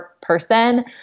person